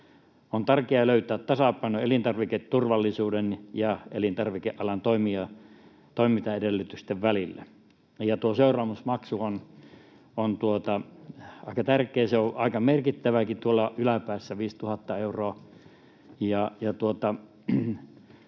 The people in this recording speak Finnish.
On tärkeää löytää tasapaino elintarviketurvallisuuden ja elintarvike-alan toimintaedellytysten välillä. Ja seuraamusmaksu on aika tärkeä. Se on aika merkittäväkin tuolla yläpäässä, 5 000 euroa,